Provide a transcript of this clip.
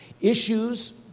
Issues